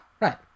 right